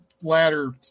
ladder